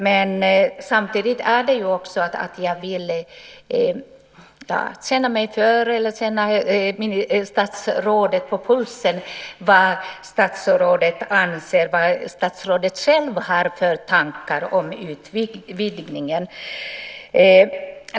Men samtidigt vill jag också känna mig för och känna statsrådet på pulsen för att få veta vad statsrådet anser och vad statsrådet själv har för tankar om utvidgningen.